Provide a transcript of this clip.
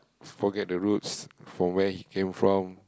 forget the roots from where he came from